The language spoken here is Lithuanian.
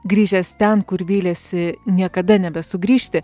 grįžęs ten kur vylėsi niekada nebesugrįžti